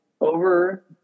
over